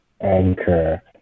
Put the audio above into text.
anchor